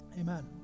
Amen